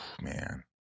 man